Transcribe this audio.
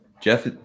Jeff